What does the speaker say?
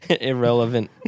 Irrelevant